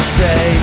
say